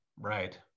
right